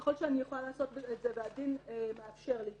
ככל שאני יכולה לעשות את זה והדין מאפשר לי כמובן.